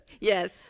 Yes